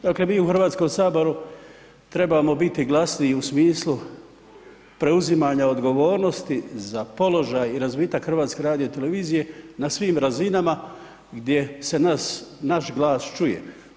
Dakle, mi u Hrvatskom saboru trebamo biti glasniji u smislu preuzimanja odgovornosti za položaj i razvitak HRT-a na svim razinama gdje se naš glas čuje.